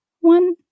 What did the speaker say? one